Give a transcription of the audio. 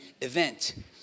event